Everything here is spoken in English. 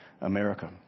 America